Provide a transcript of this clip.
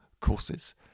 courses